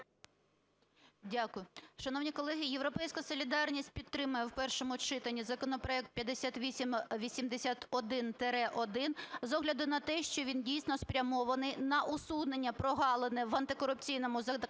Дякую. Шановні колеги, "Європейська солідарність" підтримає в першому читанні законопроект 5881-1 з огляду на те, що він, дійсно, спрямований на усунення прогалини в антикорупційному законодавстві,